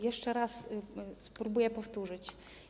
Jeszcze raz spróbuję powtórzyć.